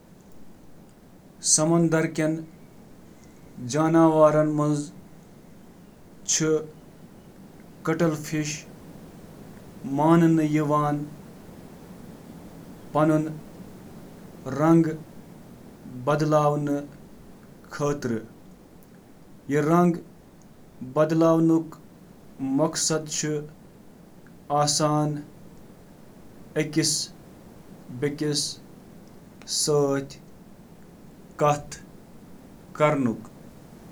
cephalopods, مولسکن ہنٛد اکھ گروپ یتھ منٛز آکٹوپس، سکویڈز، تہٕ کٹل فش شٲمل چِھ، ہیکن تیزی سان رنگ تہٕ بناوٹ چھلنہٕ یا کتھ باتھ کرنہٕ خٲطرٕ تبدیل کٔرتھ: